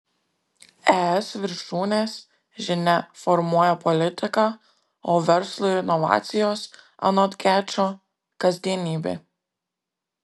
es viršūnės žinia formuoja politiką o verslui inovacijos anot gečo kasdienybė